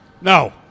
No